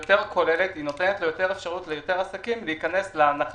היא יותר כוללת ונותנת ליותר עסקים את האפשרות להיכנס להנחה